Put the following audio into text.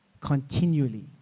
continually